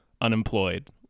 unemployed